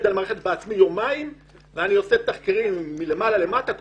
על המערכת יומיים בעצמי ואני עושה תחקירים מלמעלה למטה,